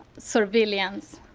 surveillance.